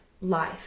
life